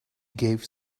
gave